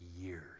years